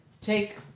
take